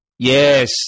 Yes